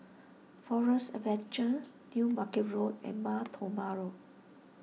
Forest Adventure New Market Road and Mar Thoma Road